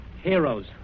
Heroes